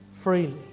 freely